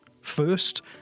First